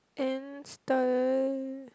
and stare